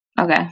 Okay